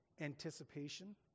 anticipation